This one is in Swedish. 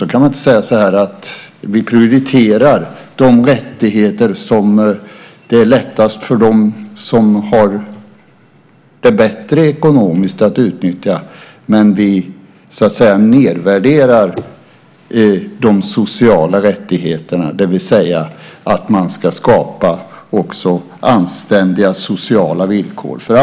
Då kan man inte säga att vi prioriterar de rättigheter som det är lättast för dem som har det bättre ekonomiskt att utnyttja, men vi nedvärderar de sociala rättigheterna, det vill säga att man också ska skapa anständiga sociala villkor.